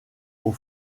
aux